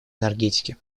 энергетики